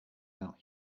out